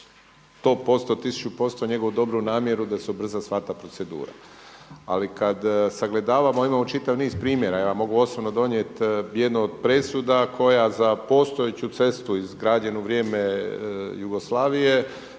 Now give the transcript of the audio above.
podržavamo 100%, 1000% njegovu dobru namjeru da se ubrza sva ta procedura. Ali kada sagledavamo, a imamo čitav niz primjera, ja vam mogu osobno donijeti jednu od presuda koja za postojeću cestu izgrađenu u vrijeme Jugoslavije,